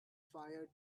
fire